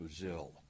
Brazil